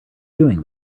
doing